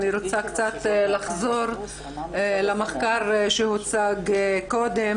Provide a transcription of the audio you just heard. אני רוצה קצת לחזור למחקר שהוצג קודם